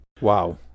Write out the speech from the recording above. Wow